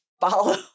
Follow